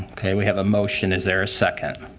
okay. we have a motion. is there a second? a